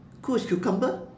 cool as cucumber